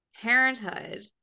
parenthood